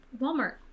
Walmart